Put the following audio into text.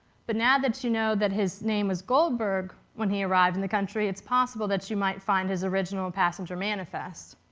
but now that you know that his name was goldberg when he arrived in the country, it's possible that you might find his original and passenger manifest.